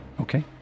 Okay